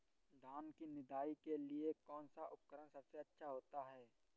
धान की निदाई के लिए कौन सा उपकरण सबसे अच्छा होता है?